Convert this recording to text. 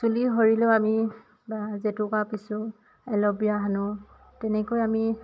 চুলি সৰিলেও আমি বা জেতুকা পিছোঁ এল'ভিয়া সানো তেনেকৈ আমি